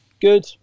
good